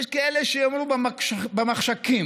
יש כאלו שיאמרו, במחשכים.